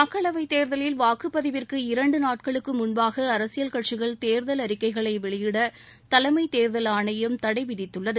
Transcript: மக்களவை தேர்தலில் வாக்குப்பதிவிற்கு இரண்டு நாட்களுக்கு முன்பாக அரசியல் கட்சிகள் தேர்தல் அறிக்கைகளை வெளியிட தலைமை தோதல் ஆணையம் தடை விதித்துள்ளது